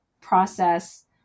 process